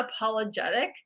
unapologetic